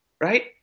Right